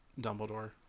dumbledore